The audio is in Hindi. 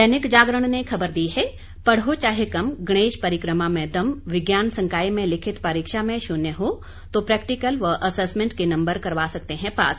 दैनिक जागरण ने खबर दी है पढ़ो चाहे कम गणेश परिक्रमा में दम विज्ञान संकाय में लिखित परीक्षा में शून्य हो तो प्रेक्टिकल व असेसमेंट के नंबर करवा सकते हैं पास